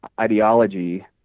ideology